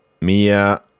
Mia